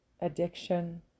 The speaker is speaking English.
Addiction